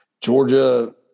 Georgia